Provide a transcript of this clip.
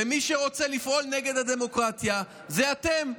ומי שרוצה לפעול נגד הדמוקרטיה, הוא אתם.